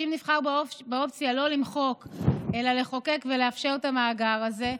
ואם נבחר באופציה לא למחוק אלא לחוקק ולאפשר את המאגר הזה,